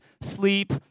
Sleep